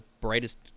brightest